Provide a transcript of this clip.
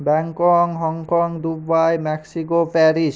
Bangkok Hong Kong Dubai Mexico Paris